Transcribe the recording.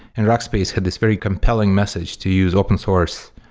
and rackspace had this very compelling message to use open source,